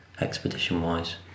expedition-wise